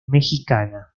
mexicana